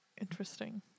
Interesting